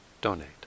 donate